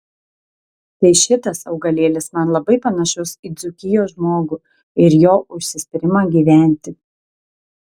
tai šitas augalėlis man labai panašus į dzūkijos žmogų ir jo užsispyrimą gyventi